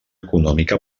econòmica